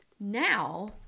Now